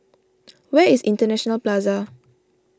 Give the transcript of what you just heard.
where is International Plaza